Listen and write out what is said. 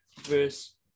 verse